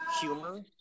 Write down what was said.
humor